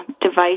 device